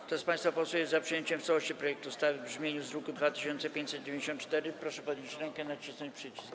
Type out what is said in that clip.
Kto z państwa posłów jest za przyjęciem w całości projektu ustawy w brzmieniu z druku nr 2594, proszę podnieść rękę i nacisnąć przycisk.